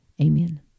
Amen